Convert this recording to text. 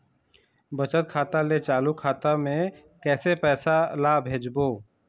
बचत खाता ले चालू खाता मे कैसे पैसा ला भेजबो?